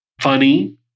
funny